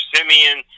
Simeon